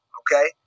okay